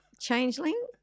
Changeling